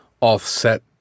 offset